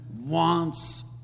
wants